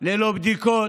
ללא בדיקות,